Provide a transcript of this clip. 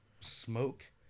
smoke